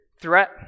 threat